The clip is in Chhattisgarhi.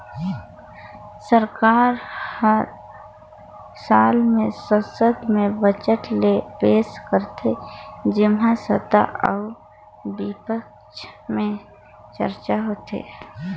सरकार हर साल में संसद में बजट ल पेस करथे जेम्हां सत्ता अउ बिपक्छ में चरचा होथे